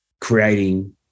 creating